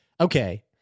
Okay